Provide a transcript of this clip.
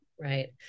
Right